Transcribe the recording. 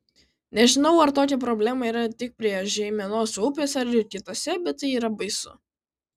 nežinau ar tokia problema yra tik prie žeimenos upės ar ir kitose bet tai yra baisu